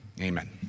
Amen